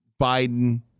Biden